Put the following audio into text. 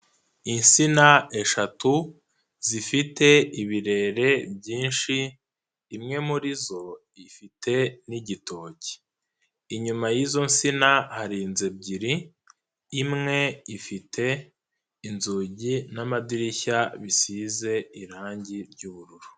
Insina eshatu zifite ibirere byinshi, imwe muri zo ifite n'igitoki, inyuma y'izo nsina hari inzu ebyiri, imwe ifite inzugi n'amadirishya bisize irangi ry'ubururu.